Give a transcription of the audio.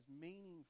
meaningful